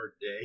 Day